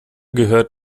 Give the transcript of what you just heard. gehört